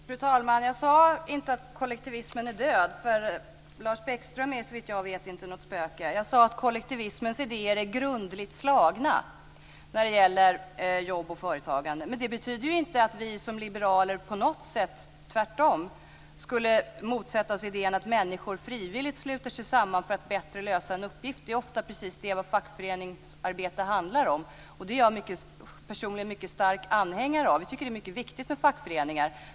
Fru talman! Jag sade inte att kollektivismen är död, för Lars Bäckström är, såvitt jag vet, inte något spöke. Jag sade att kollektivismens idéer är grundligt slagna när det gäller jobb och företagande. Men det betyder ju inte att vi som liberaler på något sätt skulle motsätta oss idén att människor frivilligt sluter sig samman för att bättre lösa en uppgift - tvärtom -. Det är ofta precis det som fackföreningsarbete handlar om, och det är jag personligen en mycket stark anhängare av. Vi tycker att det är mycket viktigt med fackföreningar.